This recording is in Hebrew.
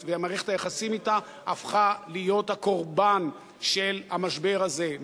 ומערכת היחסים אתה הפכו להיות הקורבן של המשבר הזה,